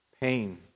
pain